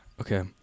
Okay